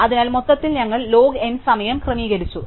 അതിനാൽ മൊത്തത്തിൽ ഞങ്ങൾ ലോഗ് n സമയം ക്രമീകരിച്ചു